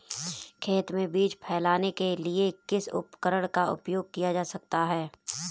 खेत में बीज फैलाने के लिए किस उपकरण का उपयोग किया जा सकता है?